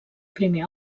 primer